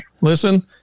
Listen